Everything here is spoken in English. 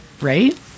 right